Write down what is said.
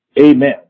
amen